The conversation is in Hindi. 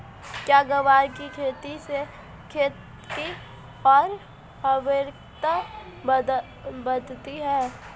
क्या ग्वार की खेती से खेत की ओर उर्वरकता बढ़ती है?